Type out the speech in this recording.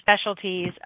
specialties